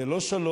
זה לא שלום,